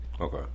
Okay